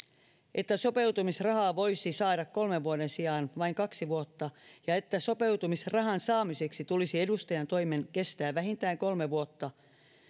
että sopeutumisrahaa voisi saada kolmen vuoden sijaan vain kaksi vuotta ja että sopeutumisrahan saamiseksi tulisi edustajantoimen kestää vähintään kolme vuotta muiden